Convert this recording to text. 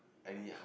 any h~